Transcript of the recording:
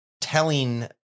telling